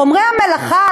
חומרי המלאכה,